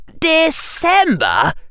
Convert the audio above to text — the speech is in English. December